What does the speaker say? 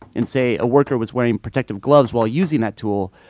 and say a worker was wearing protective gloves while using that tool,